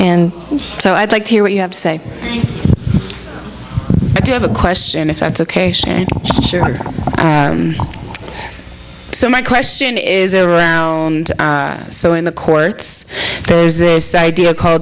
and so i'd like to hear what you have to say i do have a question if that's ok so my question is around so in the courts there is this idea call